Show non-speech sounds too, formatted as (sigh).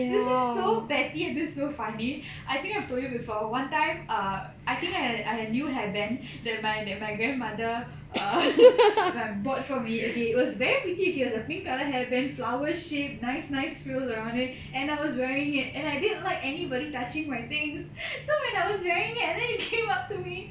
this is so petty and it's so funny I think I've told you before one time err I think I had a new hair band that my that my grandmother (laughs) like bought for me okay it was very pretty okay it was a pink colour hair band flowers shape nice nice frills around it and I was wearing it and I didn't like anybody touching my things so when I was wearing it and then you came up to me